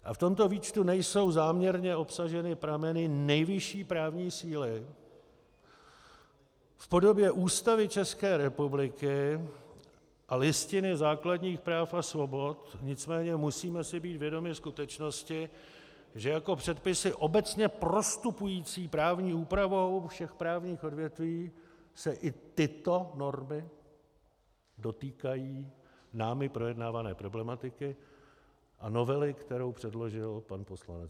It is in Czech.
A v tomto výčtu nejsou záměrně obsaženy prameny nejvyšší právní síly v podobě Ústavy České republiky a Listiny základních práv a svobod, nicméně musíme si být vědomi skutečnosti, že jako předpisy obecně prostupující právní úpravou všech právních odvětví se i tyto normy dotýkají námi projednávané problematiky a novely, kterou předložil pan poslanec Volný.